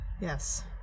yes